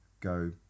Go